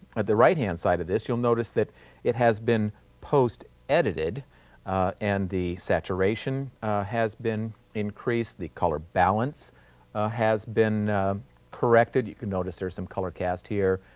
at the right hand side of this, you'll notice that it has been post-edited and the saturation has been increased. the color balance has been corrected, you can notice there's some color cast here,